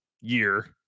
year